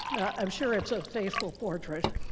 i'm sure it's a faithful portrait.